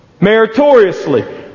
Meritoriously